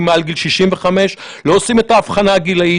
מעל גיל 65. הם לא עושים את האבחנה הגילאית.